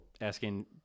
Asking